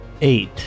Eight